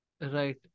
Right